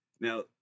Now